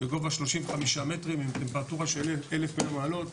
בגובה של 35 מטרים עם טמפרטורה של 1000 מעלות,